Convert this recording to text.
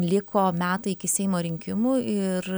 liko metai iki seimo rinkimų ir